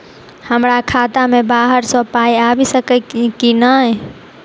हमरा खाता मे बाहर सऽ पाई आबि सकइय की नहि?